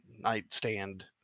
nightstand